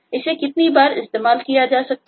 इसे कितनी बार इस्तेमाल किया जा सकता है